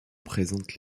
présente